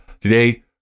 Today